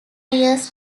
years